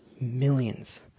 millions